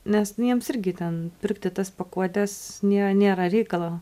nes nu jiems irgi ten pirkti tas pakuotes nėra nėra reikalo